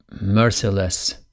merciless